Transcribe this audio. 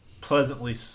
pleasantly